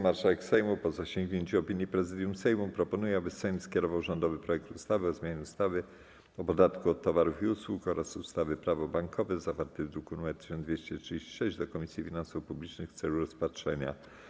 Marszałek Sejmu, po zasięgnięciu opinii Prezydium Sejmu, proponuje, aby Sejm skierował rządowy projekt ustawy o zmianie ustawy o podatku od towarów i usług oraz ustawy - Prawo bankowe, zawarty w druku nr 1236, do Komisji Finansów Publicznych w celu rozpatrzenia.